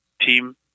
team